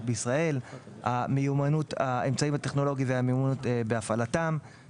בישראל; האמצעים הטכנולוגיים והמיומנות בהפעלתם;